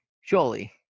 surely